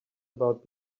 about